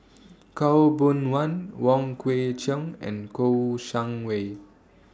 Khaw Boon Wan Wong Kwei Cheong and Kouo Shang Wei